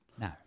No